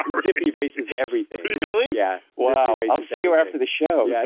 um zip erases everything. really? yeah. wow, i'll see you after the show. yeah